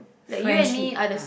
friendship